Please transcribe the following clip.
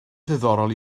ddiddorol